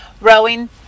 Rowing